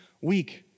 week